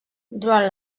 durant